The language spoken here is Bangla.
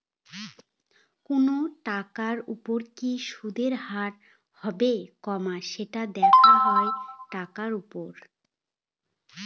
কোনো টাকার উপর কি সুদের হার হবে, সেটা দেখা হয় টাকার উপর